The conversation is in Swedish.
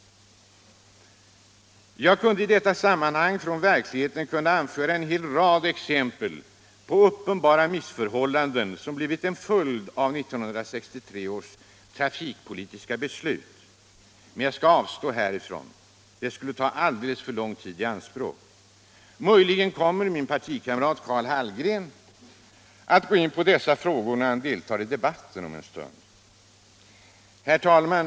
Jag kunde i detta sammanhang anföra en hel rad exempel från verkligheten på uppenbara missförhållanden som blivit en följd av 1963 års trafikpolitiska beslut, men jag skall avstå därifrån. Det skulle ta alldeles för lång tid i anspråk. Möjligen kommer min partikamrat Karl Hallgren att gå in på dessa frågor då han deltar i debatten om en stund. Herr talman!